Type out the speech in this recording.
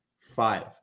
five